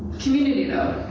community, though.